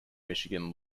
michigan